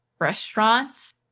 restaurants